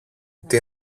ότι